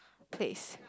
place